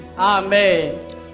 Amen